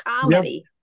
comedy